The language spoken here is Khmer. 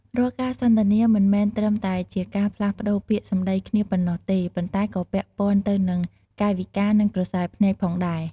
រាល់ការសន្ទនាមិនមែនត្រឹមតែជាការផ្លាស់ប្ដូរពាក្យសម្ដីគ្នាប៉ុណ្ណោះទេ ប៉ុន្តែក៏ពាក់ព័ន្ធទៅនឹង កាយវិការនិងក្រសែភ្នែកផងដែរ។